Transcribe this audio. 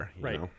Right